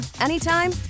anytime